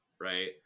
right